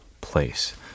Place